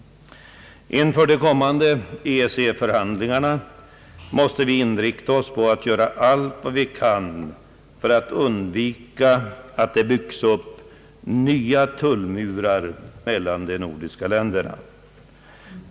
Inför de kommande EEC-förhandlingarna måste vi inrikta oss på att göra allt vad vi kan för att undvika att det byggs upp nya tullmurar mellan de nordiska länderna.